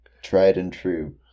tried-and-true